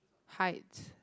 heights